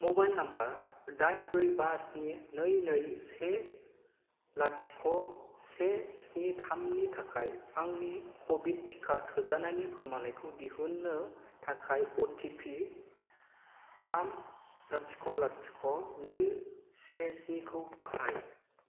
mobile number दाइन ब्रै बा स्नि नै नै से लाथिख' से स्नि थामनि थाखाय आंनि क'विड टिका थुजानायनि फोरमालाइखौ दिहुन्नो थाखाय अ टि पि थाम लाथिख' लाथिख' नै से स्निखौ बाहाय